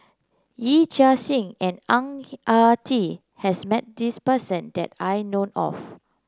Yee Chia Hsing and Ang Ah Tee has met this person that I know of